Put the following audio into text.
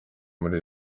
muri